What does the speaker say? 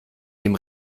dem